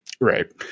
Right